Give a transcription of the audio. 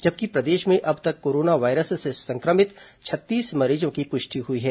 जबकि प्रदेश में अब तक कोरोना वायरस से संक्रमित छत्तीस मरीजों की पुष्टि हुई है